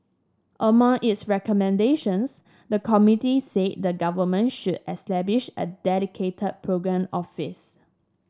among its recommendations the committee said the Government should establish a dedicated programme office